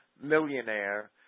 millionaire